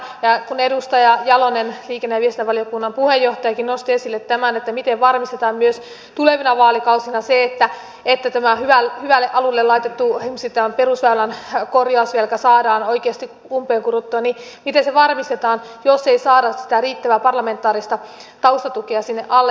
ja kun edustaja jalonen liikenne ja viestintävaliokunnan puheenjohtajakin nosti esille tämän miten varmistetaan myös tulevina vaalikausina se että tämä hyvälle alulle laitettu perusväylän korjausvelka saadaan oikeasti umpeen kurottua niin miten se varmistetaan jos ei saada riittävää parlamentaarista taustatukea sinne alle